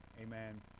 amen